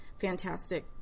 fantastic